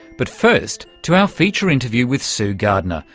but first to our feature interview with sue gardner,